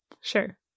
Sure